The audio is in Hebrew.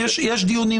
יש דיונים,